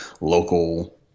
local